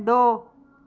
दो